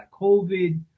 COVID